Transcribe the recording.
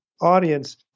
audience